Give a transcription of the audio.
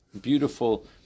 beautiful